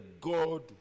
God